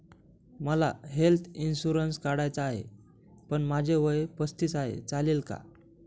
मला health insurance काढायचा आहे पण माझे वय पस्तीस आहे, चालेल का?